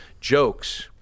jokes